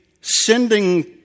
sending